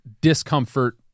discomfort